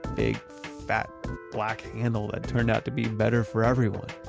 big fat black handle, that turned out to be better for everyone.